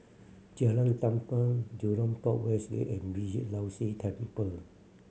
Jalan Tampang Jurong Port West Gate and Beeh Low See Temple